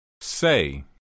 Say